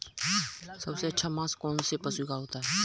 सबसे अच्छा मांस कौनसे पशु का होता है?